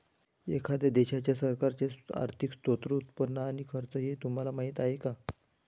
एखाद्या देशाच्या सरकारचे आर्थिक स्त्रोत, उत्पन्न आणि खर्च हे तुम्हाला माहीत आहे का